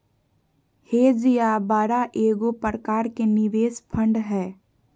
hedge या बाड़ा एगो प्रकार के निवेश फंड हय